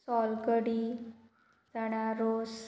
सोलकडी चण्यारोस